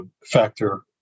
factor